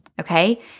okay